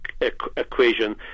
equation